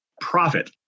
profit